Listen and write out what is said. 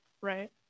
Right